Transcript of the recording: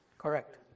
Correct